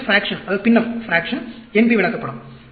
பின்னம் NP விளக்கப்படம்